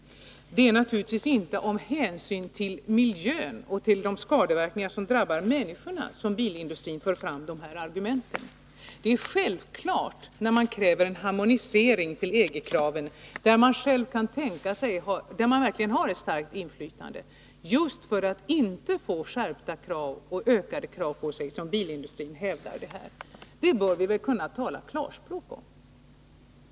Det är naturligtvis inte av hänsyn till miljön och till de skadeverkningar som drabbar människorna som bilindustrin för fram de här argumenten. Det är självklart att bilindustrin vill ha en harmonisering med EG-länderna, där den verkligen har ett starkt inflytande, just för att inte få skärpta krav på sig. Det bör vi väl kunna tala klarspråk om.